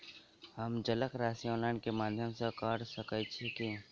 हम जलक राशि ऑनलाइन केँ माध्यम सँ कऽ सकैत छी?